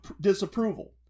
disapproval